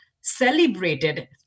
celebrated